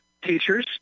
teachers